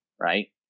right